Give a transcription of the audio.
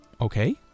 Okay